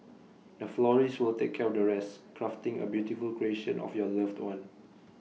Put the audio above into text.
the florist will take care the rest crafting A beautiful creation of your loved one